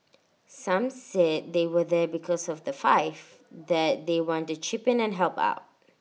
some said they were there because of the five that they wanted to chip in and help out